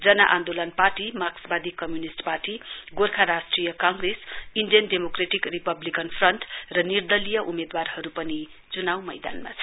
जन आन्दोलन पार्टी मार्क्सवादी Communist Party Gorkha Rashtriya Congress Indian Democratic Republican Front र निर्दलीय उम्मेदवारहरू पनि चुनाउ मैदानमा छन्